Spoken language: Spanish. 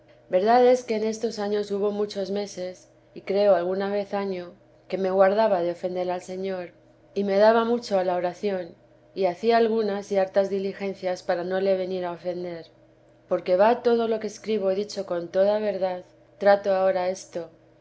verdad es que en estos años hubo muchos meses y creo alguna vez año que me guardaba de ofender al señor y me daba mucho a la oración y hacía algunas y hartas diligencias para no le venir a ofender porque va todo lo que escribo dicho con toda verdad trato ahora esto